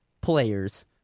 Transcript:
players